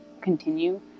continue